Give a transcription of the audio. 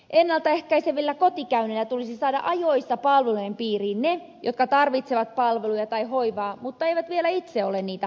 ennalta ehkäisevillä kotikäynneillä tulisi saada ajoissa palvelujen piiriin ne jotka tarvitsevat palveluja tai hoivaa mutta eivät vielä itse ole niitä hakeneet